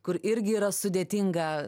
kur irgi yra sudėtinga